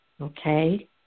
Okay